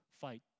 fight